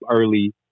early